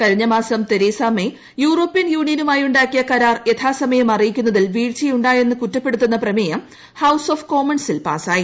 കഴിഞ്ഞമാസം Theresa May European യൂണിയനുമായി ഉണ്ടാക്കിയ കരാർ യഥാസമയം അറിയിക്കുന്നതിൽ വീഴ്ചയുണ്ടായെന്ന് കുറ്റപ്പെടുത്തുന്ന പ്രമേയം ഹൌസ് ഓഫ് കോമൺസിൽ പാസായി